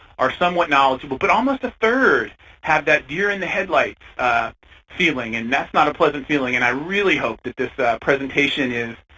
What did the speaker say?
are somewhat knowledgeable. but almost a third have that deer in the headlights ah feeling. and that's not a pleasant feeling. and i really hope that this presentation is